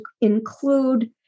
include